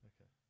Okay